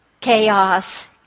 chaos